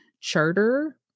charter